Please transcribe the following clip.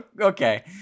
okay